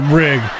rig